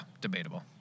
debatable